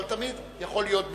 אבל זה תמיד יכול להיות בנימוס.